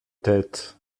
têtes